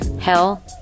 hell